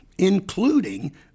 including